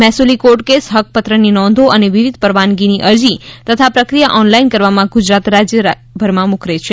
મહેસૂલી court case હક્કપત્રકની નોંધો અને વિવિધ પરવાનગીની અરજી તથા પ્રક્રિયા ઓનલાઇન કરવામાં ગુજરાત રાજય ભારતભરમાં મોખરે છે